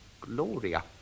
Gloria